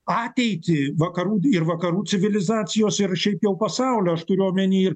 ateitį vakarų ir vakarų civilizacijos ir šiaip jau pasaulio aš turiu omeny ir